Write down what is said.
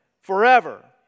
forever